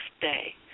day